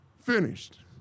finished